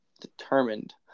determined